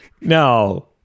No